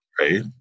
right